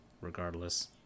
regardless